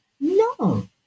no